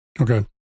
Okay